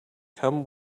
come